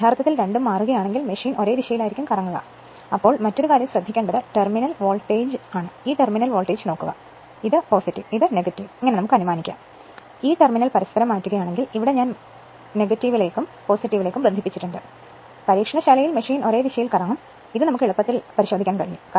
യഥാർത്ഥത്തിൽ രണ്ടും മാറുകയാണെങ്കിൽ മെഷീൻ ഒരേ ദിശയിൽ കറങ്ങും മറ്റൊരു കാര്യം ശ്രദ്ധിക്കേണ്ടത് ടെർമിനൽ വോൾട്ടേജാണ് ഈ ടെർമിനൽ വോൾടേജ് നോക്കുക ആണെങ്കിൽ ഇത് ഇതാണ് എന്ന് അനുമാനിക്കാം യഥാർത്ഥത്തിൽ ഈ ടെർമിനൽ പരസ്പരം മാറ്റുകയാണെങ്കിൽ ഇവിടെ ഞാൻ ലേക്കും ലേക്കും ബന്ധിപ്പിച്ചിട്ടുണ്ട് എങ്കിൽ പരീക്ഷണശാലയിൽ മെഷീൻ ഒരേ ദിശയിൽ കറങ്ങും ഇത് എളുപ്പത്തിൽ പരിശോധിക്കാൻ കഴിയും